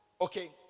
Okay